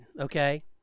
Okay